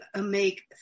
make